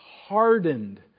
hardened